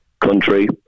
country